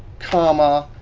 comma,